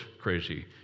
crazy